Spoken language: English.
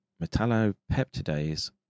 metallopeptidase